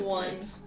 one